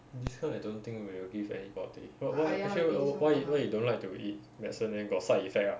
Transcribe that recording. this kind I don't think will give antibiotic wh~ what actually why you why you don't like to eat medicine leh got side effect ah